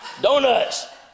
donuts